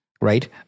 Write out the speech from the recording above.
right